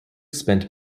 spent